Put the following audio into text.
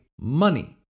money